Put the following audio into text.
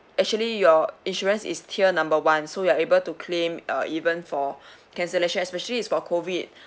actually your insurance is tier number one so you are able to claim it uh even for cancellation especially it's for COVID